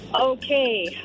Okay